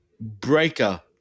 Breaker